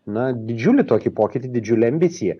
na didžiulį tokį pokytį didžiulę ambiciją